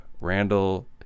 Randall